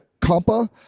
Compa